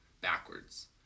backwards